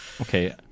okay